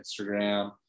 Instagram